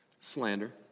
Slander